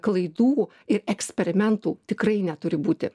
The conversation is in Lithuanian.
klaidų ir eksperimentų tikrai neturi būti